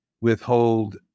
withhold